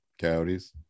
Coyotes